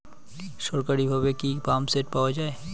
সরকারিভাবে কি পাম্পসেট পাওয়া যায়?